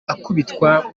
akubitwa